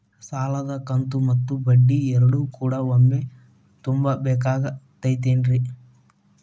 ಸಾಲದ ಕಂತು ಮತ್ತ ಬಡ್ಡಿ ಎರಡು ಕೂಡ ಒಮ್ಮೆ ತುಂಬ ಬೇಕಾಗ್ ತೈತೇನ್ರಿ?